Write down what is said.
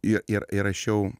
ir ir įrašiau